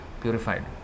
purified